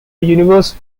universe